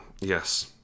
Yes